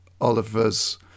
Oliver's